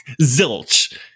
Zilch